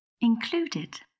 Included